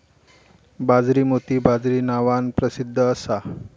बाजरी मोती बाजरी नावान प्रसिध्द असा